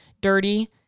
dirty